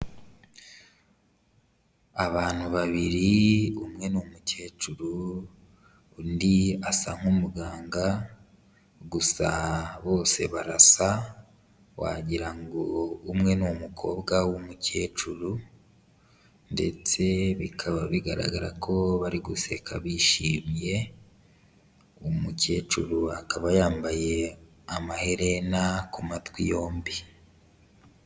Abantu babiri umwe ni umukecuru undi asa nk'umuganga, gusa bose barasa wagira ngo umwe ni umukobwa w'umukecuru ndetse bikaba bigaragara ko bari guseka bishimiye, umukecuru akaba yambaye amaherena ku matwi yombi.